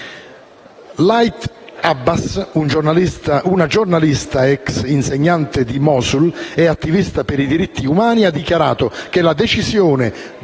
Laith Abbas, una giornalista, ex insegnante di Mosul e attivista per i diritti umani, ha dichiarato che la decisione